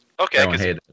Okay